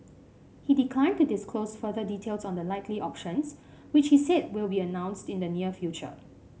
he declined to disclose further details on the likely options which he said will be announced in the near future